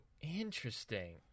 interesting